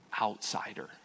outsider